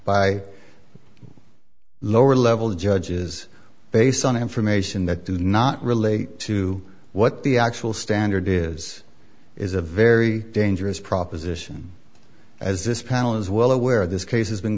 by lower level judges based on information that do not relate to what the actual standard is is a very dangerous proposition as this panel is well aware this case has been